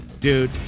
Dude